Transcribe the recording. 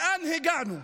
לאן הגענו?